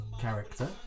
character